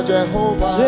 Jehovah